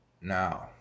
Now